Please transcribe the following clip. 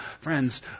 Friends